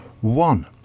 One